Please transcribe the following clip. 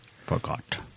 forgot